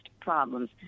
problems